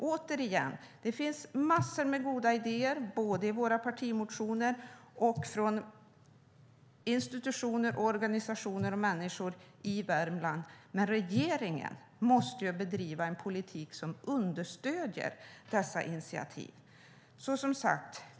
Återigen: Det finns en massa goda idéer både i våra partimotioner och från institutioner, organisationer och människor i Värmland. Men regeringen måste bedriva en politik som understöder dessa initiativ.